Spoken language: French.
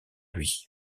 lui